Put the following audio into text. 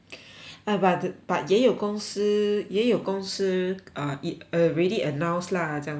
ah but but 也有公司也有公司 uh it already announce lah 讲说